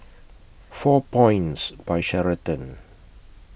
four Points By Sheraton